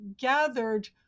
gathered